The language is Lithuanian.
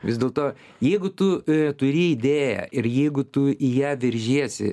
vis dėlto jeigu tu turi idėją ir jeigu tu į ją veržiesi